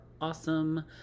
awesome